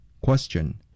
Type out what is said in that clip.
Question